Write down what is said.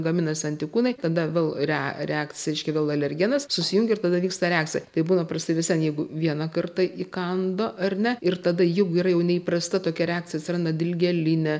gaminasi antikūnai tada vėl rea reakcija reiškia vėl alergenas susijungia ir tada vyksta reakcija taip būna papprastai vis vien jeigu vieną kartą įkando ar ne ir tada jau yra jau neįprasta tokia reakcija atsiranda dilgėlinė